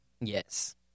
Yes